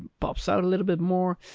pops out a little bit more.